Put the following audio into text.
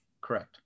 Correct